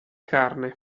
carne